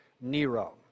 Nero